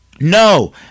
No